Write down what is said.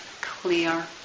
clear